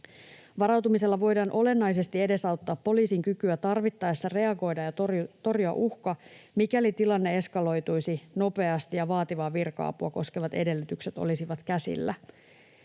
Varautumisella voidaan olennaisesti edesauttaa poliisin kykyä tarvittaessa reagoida ja torjua uhka, mikäli tilanne eskaloituisi nopeasti ja vaativaa virka-apua koskevat edellytykset olisivat käsillä.